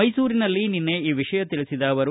ಮೈಸೂರಿನಲ್ಲಿ ನಿನ್ನೆ ಈ ವಿಷಯ ತಿಳಿಸಿದ ಅವರು